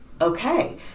okay